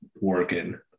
working